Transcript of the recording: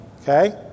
okay